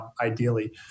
ideally